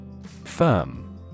Firm